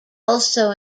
also